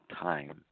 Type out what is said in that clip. time